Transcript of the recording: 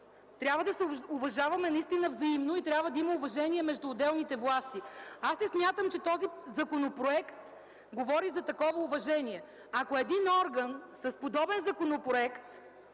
трябва да се уважаваме наистина взаимно и трябва да има уважение между отделните власти. Не смятам, че този законопроект говори за такова уважение. Ако един орган с подобен законопроект